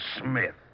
Smith